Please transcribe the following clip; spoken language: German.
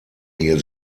hier